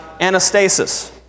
anastasis